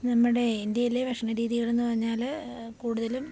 നമ്മുടെ ഇൻഡ്യയിലെ ഭക്ഷണ രീതികളെന്നു പറഞ്ഞാല് കൂടുതലും